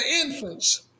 infants